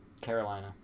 Carolina